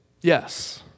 Yes